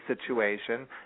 situation